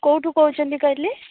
କୋଉଠୁ କହୁଛନ୍ତି କହିଲେ